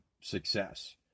success